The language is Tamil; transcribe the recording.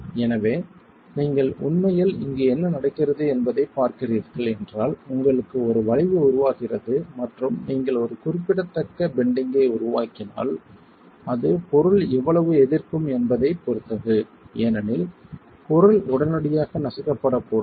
எனவே நீங்கள் உண்மையில் இங்கு என்ன நடக்கிறது என்பதைப் பார்க்கிறீர்கள் என்றால் உங்களுக்கு ஒரு வளைவு உருவாகிறது மற்றும் நீங்கள் ஒரு குறிப்பிடத்தக்க பெண்டிங்கை உருவாக்கினால் அது பொருள் எவ்வளவு எதிர்க்கும் என்பதைப் பொறுத்தது ஏனெனில் பொருள் உடனடியாக நசுக்கப்படக்கூடாது